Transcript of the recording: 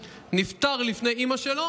נפטר לפני אימא שלו